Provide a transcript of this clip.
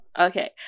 Okay